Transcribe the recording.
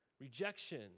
rejection